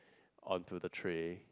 onto the tray